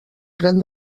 pren